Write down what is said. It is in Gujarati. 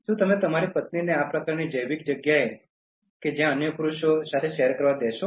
શું તમે તમારી પત્નીને આ પ્રકારની જૈવિક જગ્યાને અન્ય પુરુષો સાથે શેર કરવા દેશો